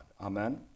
Amen